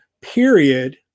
period